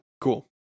Cool